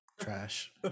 Trash